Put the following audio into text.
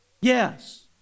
Yes